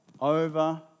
over